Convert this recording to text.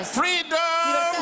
freedom